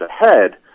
ahead